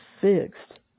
fixed